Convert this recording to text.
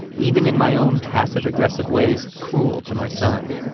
even in my own passive-aggressive ways cruel to my son.